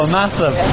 massive